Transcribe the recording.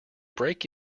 break